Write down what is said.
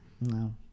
no